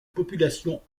population